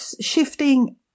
shifting